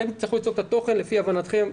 אתם תצטרכו ליצוק את התוכן לפי הבנתכם,